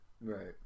Right